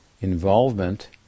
involvement